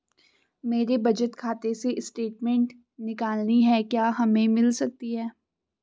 मेरे बचत खाते से स्टेटमेंट निकालनी है क्या हमें मिल सकती है?